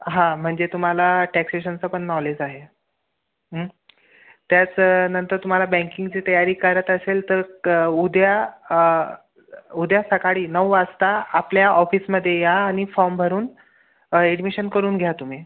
हां म्हणजे तुम्हाला टॅक्सेशनचं पण नॉलेज आहे त्याच्यानंतर तुम्हाला बँकिंगची तयारी करत असेल क् तर उद्या उद्या सकाळी नऊ वाजता आपल्या ऑफिसमध्ये या आणि फॉर्म भरून एडमिशन करून घ्या तुम्ही